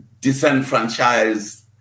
disenfranchised